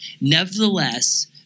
Nevertheless